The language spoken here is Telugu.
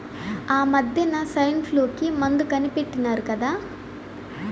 ఆమద్దెన సైన్ఫ్లూ కి మందు కనిపెట్టినారు కదా